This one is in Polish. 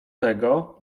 tego